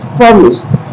promised